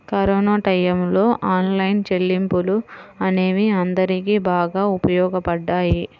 corona టైయ్యంలో online చెల్లింపులు అనేవి అందరికీ బాగా ఉపయోగపడ్డాయి